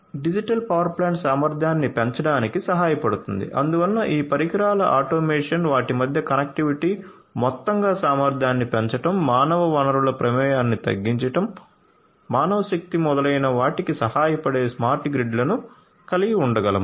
digital power plant సామర్థ్యాన్ని పెంచడానికి సహాయపడుతుంది అందువల్ల ఈ పరికరాల ఆటోమేషన్ వాటి మధ్య కనెక్టివిటీ మొత్తంగా సామర్థ్యాన్ని పెంచడం మానవ వనరుల ప్రమేయాన్ని తగ్గించడం మానవశక్తి మొదలైన వాటికి సహాయపడే స్మార్ట్ గ్రిడ్లను కలిగి ఉండగలము